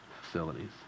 facilities